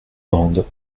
grande